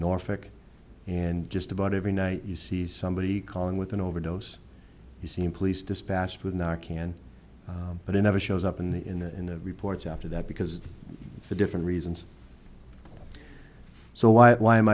norfolk and just about every night you see somebody calling with an overdose you seen police dispatched with not can but it never shows up in the in the in the reports after that because for different reasons so why why am